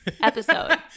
episode